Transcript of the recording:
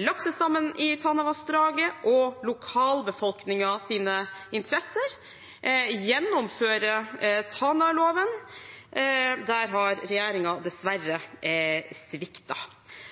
laksestammen i Tanavassdraget og lokalbefolkningens interesser og å gjennomføre Tanaloven. Der har regjeringen dessverre sviktet.